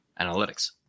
analytics